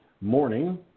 morning